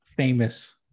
Famous